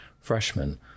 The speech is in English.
freshmen